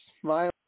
smile